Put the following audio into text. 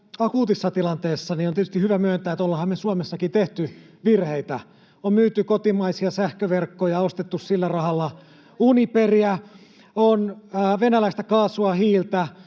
akuutissa tilanteessa, niin on tietysti hyvä myöntää, että ollaanhan me Suomessakin tehty virheitä. On myyty kotimaisia sähköverkkoja ja ostettu sillä rahalla Uniperia, [Sanni Grahn-Laasonen: